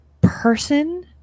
person